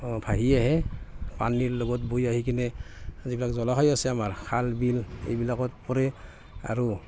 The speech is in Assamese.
ভাঁহি আহে পানীৰ লগত বৈ আহি কিনে যিবিলাক জলাশয় আছে আমাৰ খাল বিল এইবিলাকত পৰে আৰু